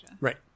Right